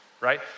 right